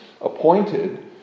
appointed